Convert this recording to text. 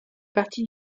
partie